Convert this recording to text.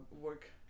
work